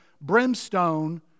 brimstone